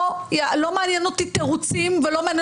לא מעניין אותי תירוצים ולא מעניין